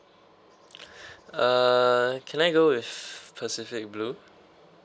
uh can I go with pacific blue